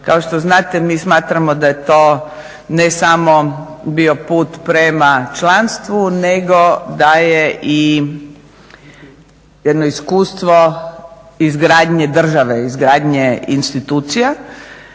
Kao što znate mi smatramo da je to ne samo bio put prema članstvu nego da je i jedno iskustvo izgradnje države, izgradnje institucija